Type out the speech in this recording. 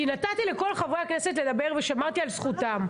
כי נתתי לכל חברי הכנסת לדבר ושמרתי על זכותם.